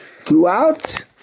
Throughout